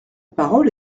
parole